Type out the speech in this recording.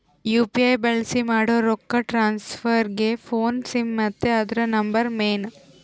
UPI ಬಳ್ಸಿ ಮಾಡೋ ರೊಕ್ಕ ಟ್ರಾನ್ಸ್ಫರ್ಗೆ ಫೋನ್ನ ಸಿಮ್ ಮತ್ತೆ ಅದುರ ನಂಬರ್ ಮೇನ್